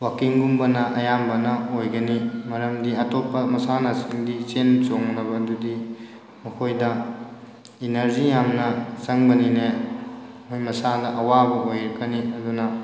ꯋꯥꯛꯀꯤꯡꯒꯨꯝꯕꯅ ꯑꯌꯥꯝꯕꯅ ꯑꯣꯏꯒꯅꯤ ꯃꯔꯝꯒꯤ ꯑꯇꯣꯞꯄ ꯃꯁꯥꯟꯅꯁꯤꯡꯒꯤ ꯆꯦꯟ ꯆꯣꯡꯅꯕꯗꯨꯗꯤ ꯃꯈꯣꯏꯗ ꯏꯅꯔꯖꯤ ꯌꯥꯝꯅ ꯆꯪꯕꯅꯤꯅ ꯃꯣꯏ ꯃꯁꯥꯗ ꯑꯋꯥꯕ ꯑꯣꯏꯔꯛꯀꯅꯤ ꯑꯗꯨꯅ